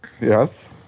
Yes